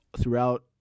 throughout